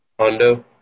Hondo